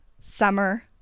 summer